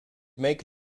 make